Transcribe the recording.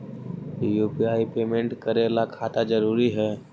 UPI payment करे ला खाता जरूरी है?